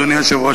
אדוני היושב-ראש,